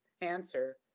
answer